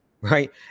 right